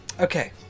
Okay